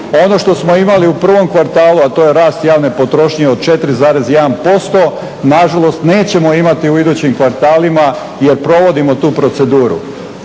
Ono što smo imali u prvom kvartalu, a to je rast javne potrošnje od 4,1% nažalost nećemo imati u idućim kvartalima jer provodimo tu proceduru.